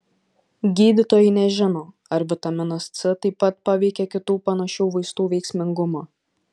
gydytojai nežino ar vitaminas c taip pat paveikia kitų panašių vaistų veiksmingumą